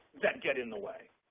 that get in the way.